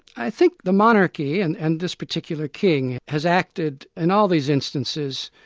i think the monarchy and and this particular king, has acted in all these instances